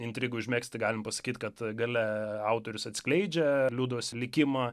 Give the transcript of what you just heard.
intrigai užmegzti galim pasakyt kad gale autorius atskleidžia liudos likimą